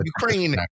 Ukraine